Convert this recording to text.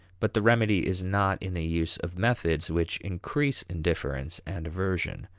but the remedy is not in the use of methods which increase indifference and aversion.